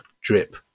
drip